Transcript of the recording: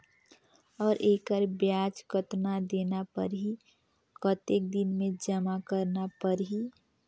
और एकर ब्याज कतना देना परही कतेक दिन मे जमा करना परही??